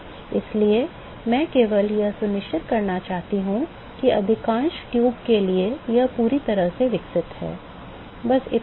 इसलिए मैं केवल यह सुनिश्चित करना चाहता हूं कि अधिकांश ट्यूब के लिए यह पूरी तरह से विकसित है बस इतना ही